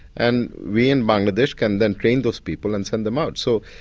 and we in bangladesh can then train those people and send them out. so,